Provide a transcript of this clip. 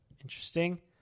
Interesting